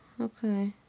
okay